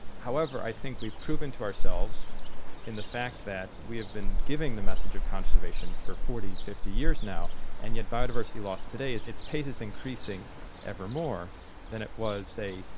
however, i think we've proven to ourselves in the fact that we have been giving the message of conservation for forty, fifty years now and yet biodiversity loss today, its pace is increasing ever more than it was, say,